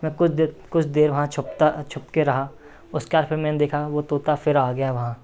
मैं कुछ देर कुछ देर वहाँ छुपता छुपकर रहा उसके बाद फिर मैंने देखा वह तोता फिर आ गया वहाँ